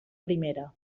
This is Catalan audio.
primera